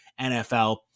NFL